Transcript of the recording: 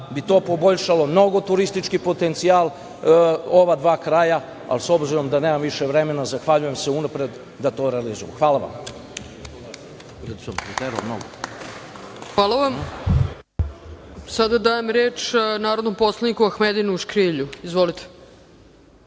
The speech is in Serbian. bi to poboljšalo mnogo turistički potencijal ova dva kraja, ali s obzirom da nemam više vremena, zahvaljujem se unapred da to realizujemo. Hvala vam. **Ana Brnabić** Hvala vam. Sada dajem reč narodnom poslaniku Ahmedinu Škrijelju. Izvolite.